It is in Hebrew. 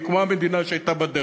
כמו המדינה שהייתה בדרך,